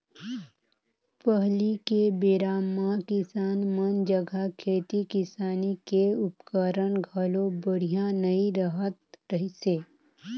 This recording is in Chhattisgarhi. पहिली के बेरा म किसान मन जघा खेती किसानी के उपकरन घलो बड़िहा नइ रहत रहिसे